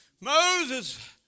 Moses